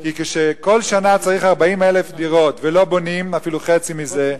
כי כשכל שנה צריך 40,000 דירות ולא בונים אפילו חצי מזה,